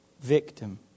victim